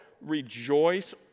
Rejoice